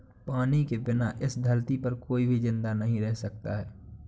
पानी के बिना इस धरती पर कोई भी जिंदा नहीं रह सकता है